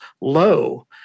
low